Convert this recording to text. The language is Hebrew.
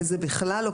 איזה בכלל לא?